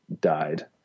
died